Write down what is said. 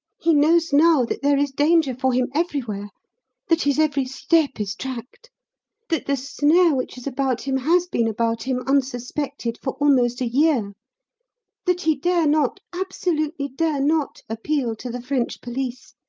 he knows now that there is danger for him everywhere that his every step is tracked that the snare which is about him has been about him, unsuspected, for almost a year that he dare not, absolutely dare not, appeal to the french police,